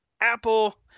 Apple